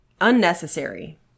unnecessary